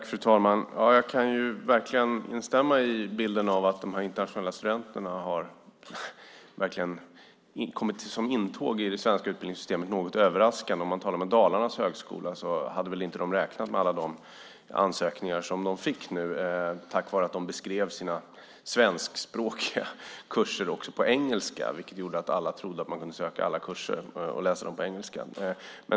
Fru talman! Jag kan instämma i bilden att de internationella studenterna har gjort ett intåg i det svenska utbildningssystemet. Det är något överraskande. Dalarnas högskola hade väl inte räknat med alla de ansökningar som de fick tack vare att de beskrev sina svenskspråkiga kurser också på engelska. Det gjorde att alla trodde att man kunde söka alla kurser och läsa dem på engelska.